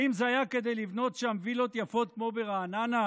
האם זה היה כדי לבנות שם וילות יפות כמו ברעננה?